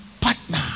partner